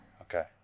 Okay